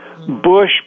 Bush